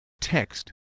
text